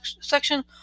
section